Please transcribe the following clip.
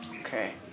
Okay